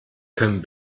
können